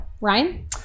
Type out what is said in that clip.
Ryan